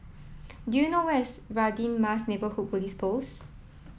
do you know where is Radin Mas Neighbourhood Police Post